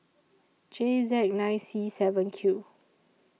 J Z nine C seven Q